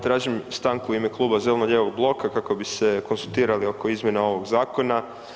Tražim stanku u ime kluba Zeleno-lijevog bloka kako bi se konzultirali oko izmjena ovog zakona.